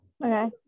Okay